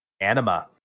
Anima